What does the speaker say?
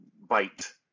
bite